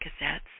cassettes